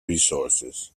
resources